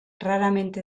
raramente